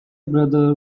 brother